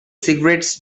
cigarettes